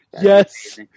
Yes